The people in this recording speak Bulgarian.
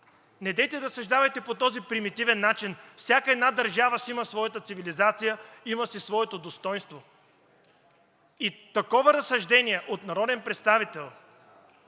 недейте да разсъждавате по този примитивен начин. Всяка една държава си има своята цивилизация, има си своето достойнство. Такова разсъждение от народен представител